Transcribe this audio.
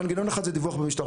מנגנון אחד זה דיווח במשטרה,